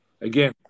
Again